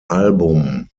album